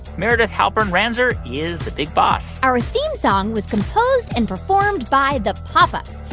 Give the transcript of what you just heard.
meredith halpern-ranzer is the big boss our theme song was composed and performed by the pop ups.